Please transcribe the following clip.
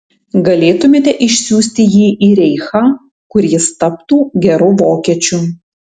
galėtumėte išsiųsti jį į reichą kur jis taptų geru vokiečiu